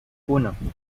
uno